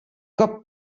cop